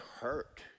hurt